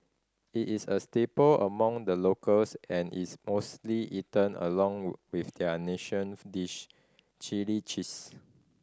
it is a staple among the locals and is mostly eaten along with their nation dish Chilli cheese